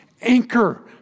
anchor